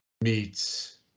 meets